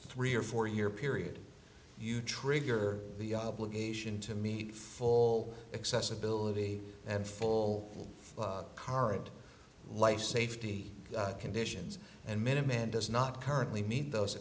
three or four year period you trigger the obligation to meet full accessibility and full current life safety conditions and minutemen does not currently meet those